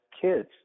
kids